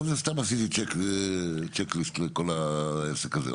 טוב, סתם עשיתי צ'ק ליסט לכל העסק הזה.